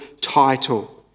title